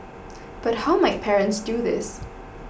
but how might parents do this